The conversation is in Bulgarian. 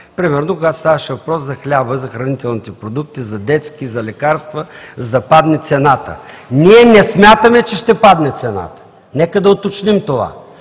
примерно, когато ставаше въпрос за хляба и за хранителните продукти, за детски, за лекарства, за да падне цената. Ние не смятаме, че ще падне цената. Нека да уточним това.